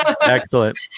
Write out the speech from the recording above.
Excellent